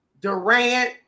Durant